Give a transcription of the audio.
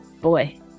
Boy